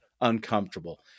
uncomfortable